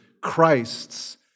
Christ's